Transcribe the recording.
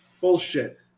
Bullshit